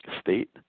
state